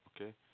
Okay